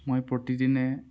মই প্ৰতিদিনে